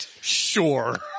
sure